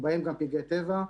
ובהם גם פגעי טבע,